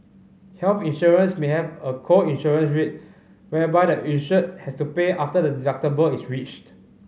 health insurance may have a co insurance rate whereby the insured has to pay after the deductible is reached